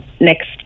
next